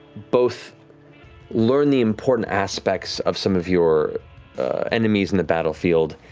both learn the important aspects of some of your enemies in the battlefield,